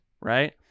right